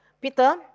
Peter